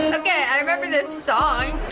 okay, i remember this song.